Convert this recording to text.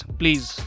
please